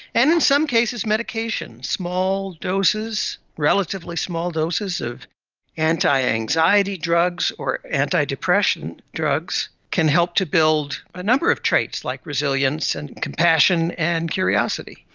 and in some cases, medication, small doses, relatively small doses of anti-anxiety drugs or anti-depression drugs can help to build a number of traits like resilience and compassion and curiosity.